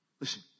Listen